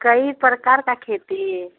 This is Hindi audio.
कई प्रकार का खेती